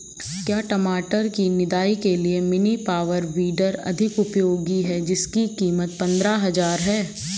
क्या टमाटर की निदाई के लिए मिनी पावर वीडर अधिक उपयोगी है जिसकी कीमत पंद्रह हजार है?